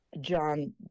John